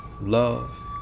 love